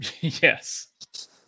Yes